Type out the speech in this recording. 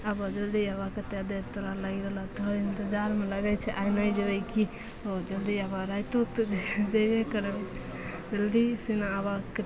आबऽ जल्दी आबऽ कतेक देर तोहरा लागि रहलऽ तोहर इन्तजारमे लगै छै आइ नहि जेबै कि हौ जल्दी आबऽ रातिओ तऽ जेबे करबै जल्दीसिना आबऽ के